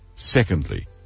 secondly